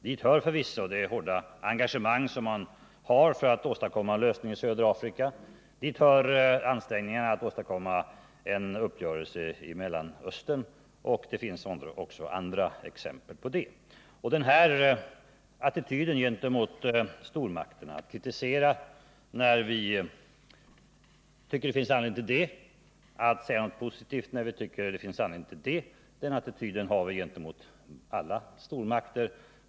Dit hör förvisso det hårda engagemanget för att åstadkomma en lösning i södra Afrika och också ansträngningarna att få till stånd en uppgörelse i Mellanöstern. Det finns även andra exempel. Den här attityden, att kritisera eller säga någonting positivt beroende på vad vi tycker det finns anledning till, har vi gentemot alla stormakter.